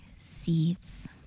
seeds